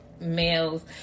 males